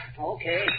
Okay